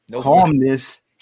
calmness